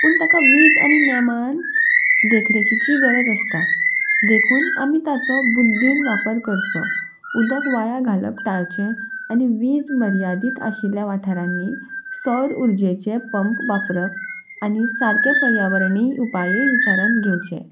पूण ताका वीज आनी नेमान देखरेचीची गरज आसता देखून आमी ताचो बुद्दीन वापर करचो उदक वाया घालप टाळचें आनी वीज मर्यादीत आशिल्ल्या वाठारांनी सोर उर्जेचें पंप वापरप आनी सारकें पर्यावरणीय उपाये विचारांत घेवचें